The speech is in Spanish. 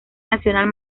nacional